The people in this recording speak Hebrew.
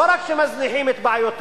לא רק שמזניחים את בעיותיו,